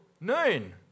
noon